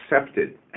accepted